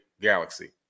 galaxy